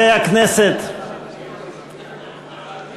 חברי הכנסת,